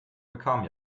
bekam